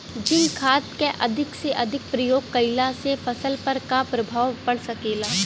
Zinc खाद क अधिक से अधिक प्रयोग कइला से फसल पर का प्रभाव पड़ सकेला?